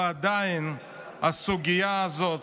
ועדיין הסוגיה הזאת,